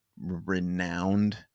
renowned